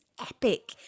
epic